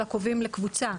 אלא קובעים לקבוצה.